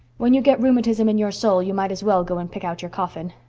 when you get rheumatism in your soul you might as well go and pick out your coffin.